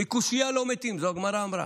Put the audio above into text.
מקושיה לא מתים, את זה הגמרא אמרה.